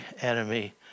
enemy